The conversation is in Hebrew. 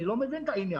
אני לא מבין את העניין.